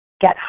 get